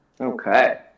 Okay